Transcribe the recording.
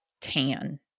tan